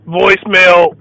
voicemail